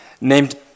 named